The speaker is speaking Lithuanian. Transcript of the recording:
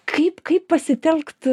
kaip kaip pasitelkt